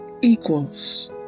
equals